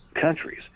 countries